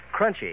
crunchy